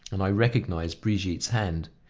and i recognized brigitte's hand.